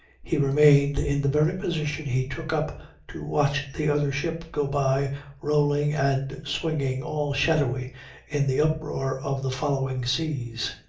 he remained in the very position he took up to watch the other ship go by rolling and swinging all shadowy in the uproar of the following seas.